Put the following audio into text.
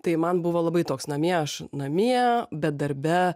tai man buvo labai toks namie aš namie bet darbe